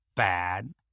bad